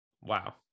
Wow